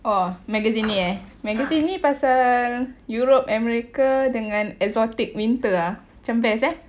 !wah! magazine ni eh magazine ni pasal europe america dengan exotic winter ah macam best eh